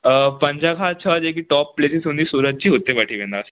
पंज खां छह जेकी टॉप प्लेसिस हूंदी सूरत जी उते वठी वेंदासीं